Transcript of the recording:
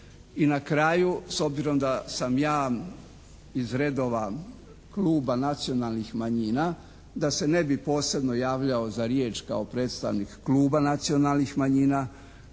I na kraju, s obzirom da sam ja iz redova Kluba nacionalnih manjina da se ne bi posebno javljao za riječ kao predstavnik Kluba nacionalnih manjina